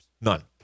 None